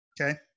Okay